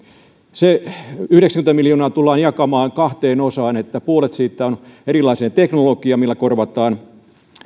se yhdeksänkymmentä miljoonaa tullaan jakamaan kahteen osaan puolet siitä on erilaiseen teknologiaan millä korvataan